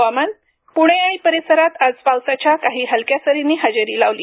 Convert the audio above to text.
हवामान पुणे आणि परिसरात आज पावसाच्या काही हलक्या सरींनी हजेरी लावली